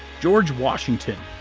george washington.